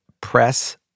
press